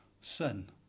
Sin